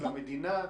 למדינה,